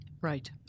Right